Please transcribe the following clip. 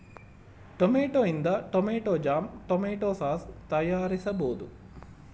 tomato ಇಂದ tomato jam, tomato sauce ತಯಾರಿಸಬೋದು